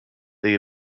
they